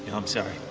i'm sorry.